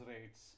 rates